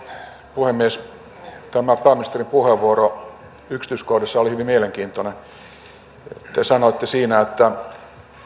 puhemies tämä pääministerin puheenvuoro oli hyvin mielenkiintoinen yksityiskohdiltaan te sanoitte siinä että